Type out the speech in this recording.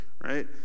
right